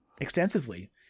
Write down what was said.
extensively